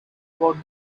about